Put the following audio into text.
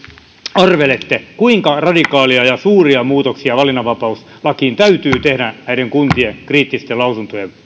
arvelette kuinka radikaaleja ja suuria muutoksia valinnanvapauslakiin täytyy tehdä näiden kuntien kriittisten lausuntojen